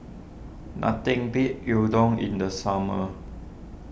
nothing beats Udon in the summer